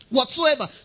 Whatsoever